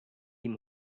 him